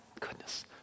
goodness